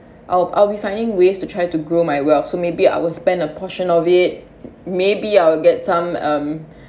I'll I'll be finding ways to try to grow my wealth so maybe I will spend a portion of it maybe I'll get some um